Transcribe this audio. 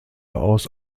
aus